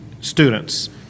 students